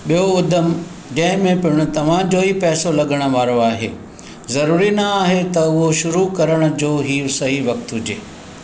ॿियो उदम जंहिं में पिणु तव्हां जो ई पैसो लॻण वारो आहे ज़रूरी न आहे त उहो शुरू करण जो ई सही वक़्तु हुजे